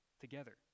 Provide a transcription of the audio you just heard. together